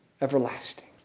everlasting